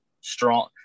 strong –